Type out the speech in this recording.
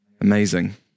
Amazing